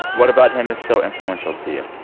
what about him is so influential to you?